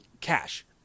cash